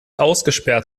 ausgesperrt